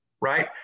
right